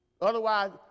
otherwise